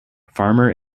farmer